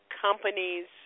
companies